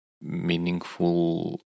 meaningful